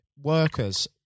workers